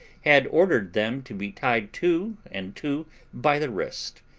had ordered them to be tied two and two by the wrist,